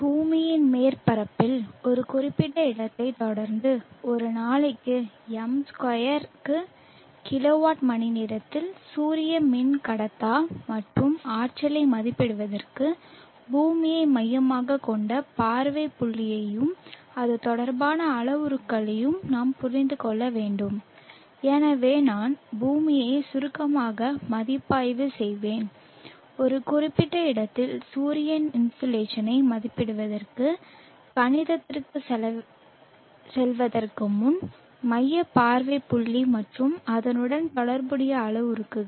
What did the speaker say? பூமியின் மேற்பரப்பில் ஒரு குறிப்பிட்ட இடத்தைத் தொடர்ந்து ஒரு நாளைக்கு m2 க்கு கிலோவாட் மணிநேரத்தில் சூரிய மின்கடத்தா மற்றும் ஆற்றலை மதிப்பிடுவதற்கு பூமியை மையமாகக் கொண்ட பார்வை புள்ளியையும் அது தொடர்பான அளவுருக்களையும் நாம் புரிந்து கொள்ள வேண்டும் எனவே நான் பூமியை சுருக்கமாக மதிப்பாய்வு செய்வேன் ஒரு குறிப்பிட்ட இடத்தில் சூரிய இன்சோலேஷனை மதிப்பிடுவதற்கு கணிதத்திற்குச் செல்வதற்கு முன் மைய பார்வை புள்ளி மற்றும் அதனுடன் தொடர்புடைய அளவுருக்கள்